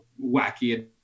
wacky